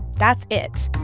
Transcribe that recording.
that's it.